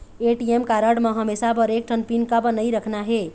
ATM card म हमेशा बर एक ठन पिन काबर नई रखना हे?